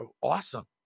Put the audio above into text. awesome